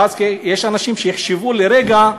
ואז יש אנשים שיחשבו לרגע,